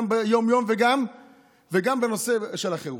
גם ביום-יום וגם בנושא של החירום.